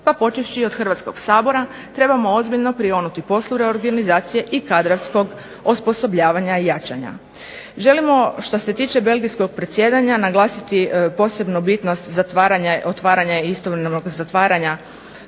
Pa počevši od Hrvatskog sabora trebamo ozbiljno prionuti poslu reorganizacije i kadrovskog osposobljavanja i jačanja. Želimo što se tiče belgijskog predsjedanja naglasiti posebnu bitnost zatvaranja, otvaranja